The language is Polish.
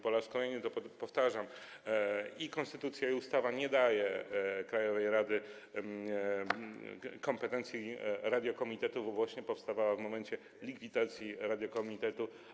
Po raz kolejny to powtarzam: ani konstytucja, ani ustawa nie daje krajowej radzie kompetencji Radiokomitetu, bo ona właśnie powstawała w momencie likwidacji Radiokomitetu.